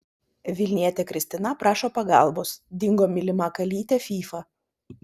vilnietė kristina prašo pagalbos dingo mylima kalytė fyfa